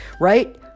right